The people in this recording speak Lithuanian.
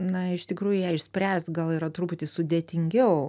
na iš tikrųjų ją išspręst gal yra truputį sudėtingiau